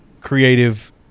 creative